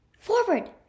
Forward